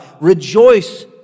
rejoice